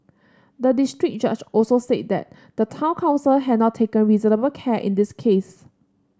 the district judge also said that the town council had not taken reasonable care in this case